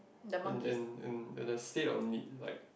in in in in the seek of need like